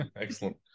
excellent